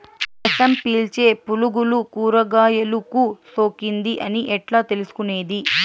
రసం పీల్చే పులుగులు కూరగాయలు కు సోకింది అని ఎట్లా తెలుసుకునేది?